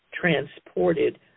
transported